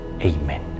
Amen